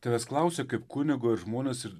tavęs klausia kaip kunigo ir žmonės ir